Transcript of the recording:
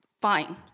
fine